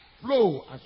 flow